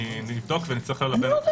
אבדוק.